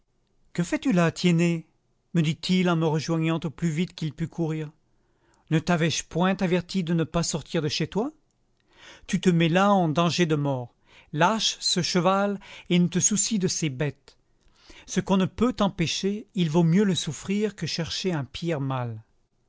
que fais-tu là tiennet me dit-il en me rejoignant au plus vite qu'il put courir ne tavais je point averti de ne pas sortir de chez toi tu te mets là en danger de mort lâche ce cheval et ne te soucie de ces bêtes ce qu'on ne peut empêcher il vaut mieux le souffrir que chercher un pire mal